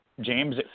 James